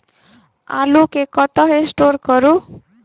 आलु केँ कतह स्टोर करू?